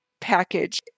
package